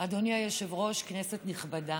אדוני היושב-ראש, כנסת נכבדה,